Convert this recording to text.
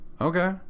Okay